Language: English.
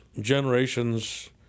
generations